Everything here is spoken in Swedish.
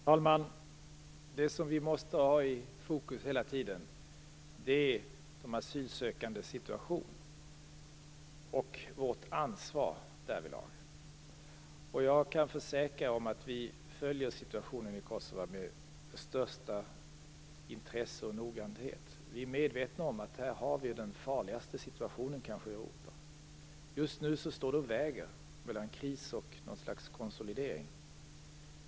Herr talman! Det som vi måste ha i fokus hela tiden är de asylsökandes situation och vårt ansvar därvidlag. Jag kan försäkra att vi följer situationen i Kosova med största intresse och noggrannhet. Vi är medvetna om att vi här har den kanske farligaste situationen i Europa. Just nu står det och väger mellan kris och någon sorts konsolidering.